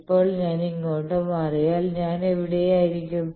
ഇപ്പോൾ ഞാൻ ഇങ്ങോട്ട് മാറിയാൽ ഞാൻ എവിടെയായിരിക്കും